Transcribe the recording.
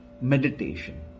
meditation